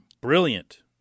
brilliant